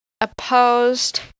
opposed